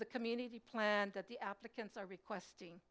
the community plan that the applicants are requesting